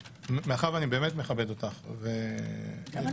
מאחר ואני באמת מכבד אותך -- גם אני מכבדת אותך.